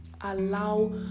Allow